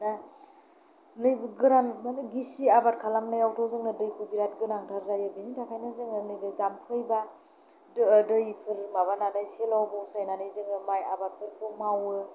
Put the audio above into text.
दा नैबे गोरान गिसि आबाद खालामनायावथ' जोंनो दैखौ बिराद गोनांथार जायो बेनि थाखायनो जोङो नैबे जाम्फै एबा दैफोर माबानानै सेल' बसायनानै जोङो माइ आबादफोरखौ मावो